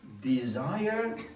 desire